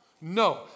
No